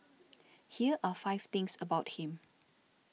here are five things about him